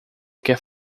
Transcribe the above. quer